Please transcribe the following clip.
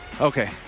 Okay